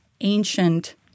ancient